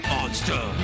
Monster